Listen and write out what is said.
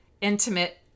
intimate